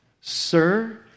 Sir